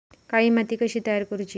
काळी माती कशी तयार करूची?